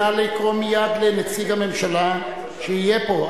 נא לקרוא מייד לנציג הממשלה שיהיה פה,